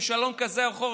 עם שלום כזה או אחר,